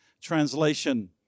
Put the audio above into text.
Translation